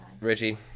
Richie